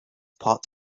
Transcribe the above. part